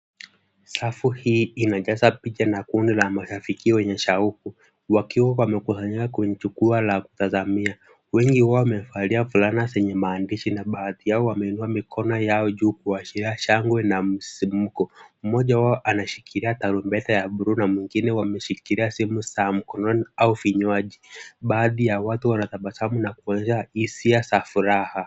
Safu hii inajaza picha na kundi la marafiki wenye shauku wakiwa wamekusanyika kwenye jukwaa la kutazamia. Wengi wao wamevalia fulana zenye maandishi na baadhi yao wameinua mikono yao juu kuashiria shangwe na msisimko, mmoja wao anashikilia tarumbeta ya bluu na wengine wameshikilia simu za mkononi au vinywaji. Baadhi ya watu wanatabasamu na kuonyesha hisia za furaha.